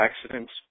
accidents